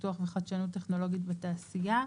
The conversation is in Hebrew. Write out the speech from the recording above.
פיתוח וחדשנות טכנולוגית בתעשייה,